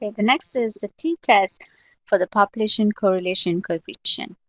the next is the t-test for the population correlation coefficient.